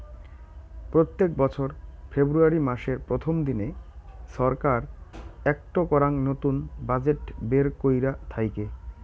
প্রত্যেক বছর ফেব্রুয়ারী মাসের প্রথম দিনে ছরকার একটো করাং নতুন বাজেট বের কইরা থাইকে